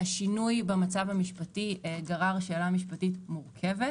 השינוי במצב המשפטי גרר שאלה משפטית מורכבת.